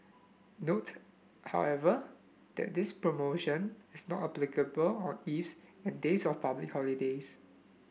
note however that this promotion is not applicable on eves and days of public holidays